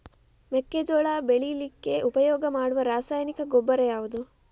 ಮೆಕ್ಕೆಜೋಳ ಬೆಳೀಲಿಕ್ಕೆ ಉಪಯೋಗ ಮಾಡುವ ರಾಸಾಯನಿಕ ಗೊಬ್ಬರ ಯಾವುದು?